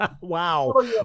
Wow